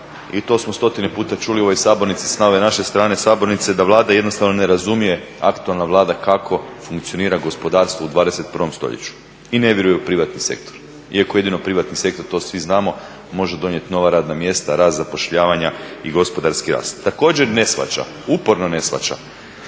i to smo stotine puta čuli u ovoj sabornici s ove naše strane sabornice, da Vlada jednostavno ne razumije, aktualna Vlada kako funkcionira gospodarstvo u 21. stoljeću i ne vjeruje u privatni sektor, iako jedino privatni sektor to svi znamo, može donijet nova radna mjesta, rast zapošljavanja i gospodarski rast. Također ne shvaća, uporno ne shvaća